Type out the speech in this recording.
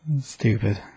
Stupid